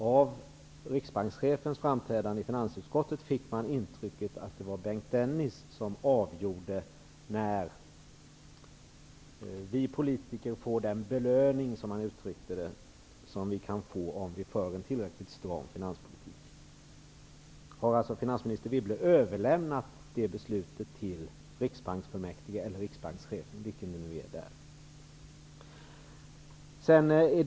Av riksbanschefens framträdande i finansutskottet fick man intrycket att det var Bengt Dennis som avgör när vi politiker får den belöning, som han uttryckte det, som vi kan få om vi för en tillräckligt stram finanspolitik. Har finansminister Wibble överlämnat det beslutet till Riksbanksfullmäktige eller riksbankschefen, vilken det nu är?